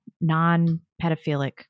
non-pedophilic